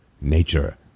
nature